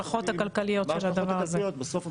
מה ההשלכות הכלכליות של הדבר הזה.